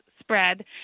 spread